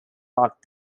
marked